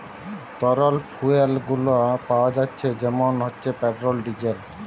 তরল ফুয়েল গুলো পাওয়া যাচ্ছে যেমন হচ্ছে পেট্রোল, ডিজেল